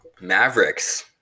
Mavericks